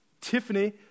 Tiffany